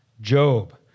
Job